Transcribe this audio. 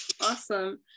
awesome